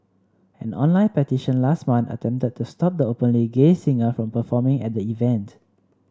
an online petition last month attempted to stop the openly gay singer from performing at the event